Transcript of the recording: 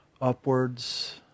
upwards